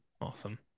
Awesome